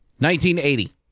1980